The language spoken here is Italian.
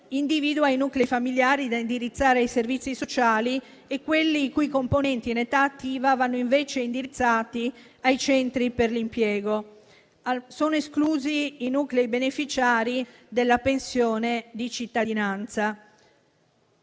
individua i nuclei familiari da indirizzare ai servizi sociali e quelli i cui componenti in età attiva vanno invece indirizzati ai centri per l'impiego. Sono esclusi i nuclei beneficiari della pensione di cittadinanza.